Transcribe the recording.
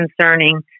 concerning